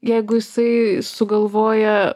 jeigu jisai sugalvoja